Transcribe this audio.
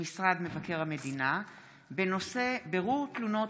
במשרד מבקר המדינה בנושא בירור תלונות